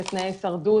זה תנאי הישרדות.